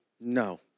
No